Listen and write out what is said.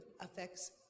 affects